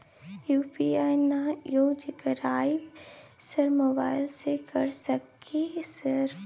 UPI ना use करवाएं sir mobile से कर सके सर?